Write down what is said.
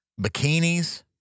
bikinis